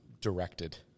directed